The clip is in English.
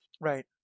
Right